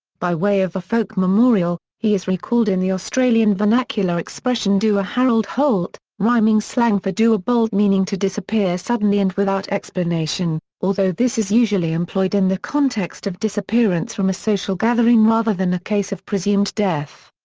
by way of a folk memorial, he is recalled in the australian vernacular expression do a harold holt, rhyming slang for do a bolt meaning to disappear suddenly and without explanation, although this is usually employed in the context of disappearance from a social gathering rather than a case of presumed death.